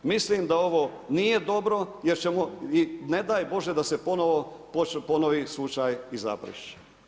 Mislim da ovo nije dobro jer ćemo i ne daj Bože da se ponovno ponovi slučaj iz Zaprešića.